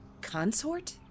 Consort